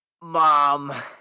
Mom